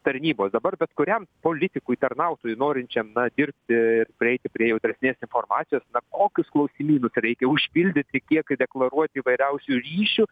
tarnybos dabar bet kuriam politikui tarnautojui norinčiam na dirbti ir prieiti prie jautresnės informacijos na kokius klausimynus reikia užpildyti kiek deklaruot įvairiausių ryšių